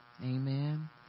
Amen